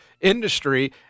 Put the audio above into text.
industry